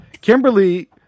Kimberly